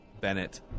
Bennett